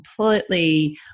completely